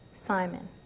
Simon